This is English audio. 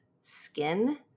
skin